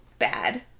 bad